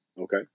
Okay